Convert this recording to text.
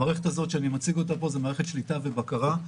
המערכת שאני מציג אותה פה היא מערכת שליטה ובקרה.